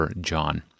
John